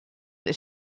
that